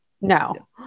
No